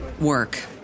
work